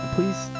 Please